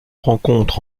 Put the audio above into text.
rencontre